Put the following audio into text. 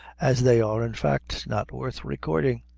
as they are, in fact, not worth recording.